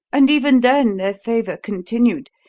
and even then their favour continued.